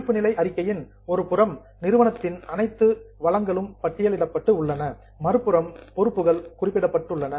இருப்பு நிலை அறிக்கையின் ஒரு புறம் நிறுவனத்தின் அனைத்து ரிசோர்சஸ் வளங்களும் பட்டியலிடப்பட்டு உள்ளன மறுபுறம் லியாபிலிடீஸ் பொறுப்புகள் குறிப்பிடப்பட்டுள்ளன